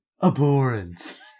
Abhorrence